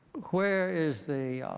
where is the